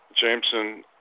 Jameson